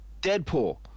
Deadpool